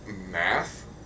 math